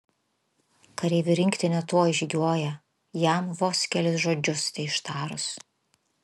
kareivų rinktinė tuoj žygiuoja jam vos kelis žodžius teištarus